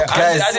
guys